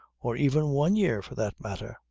or even one year for that matter.